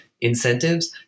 incentives